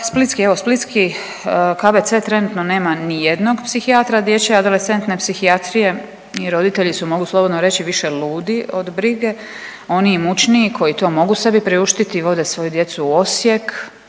Splitski, evo splitski KBC trenutno nema nijednog psihijatra dječje adolescentne psihijatrije i roditelji su mogu slobodno reći više ludi od brige. Oni imućniji koji to sebi mogu priuštiti vode svoju djecu u Osijek,